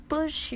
Push